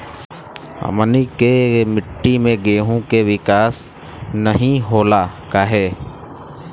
हमनी के मिट्टी में गेहूँ के विकास नहीं होला काहे?